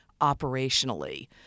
operationally